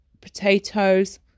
potatoes